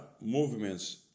movements